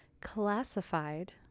classified